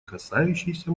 касающейся